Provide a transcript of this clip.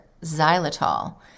xylitol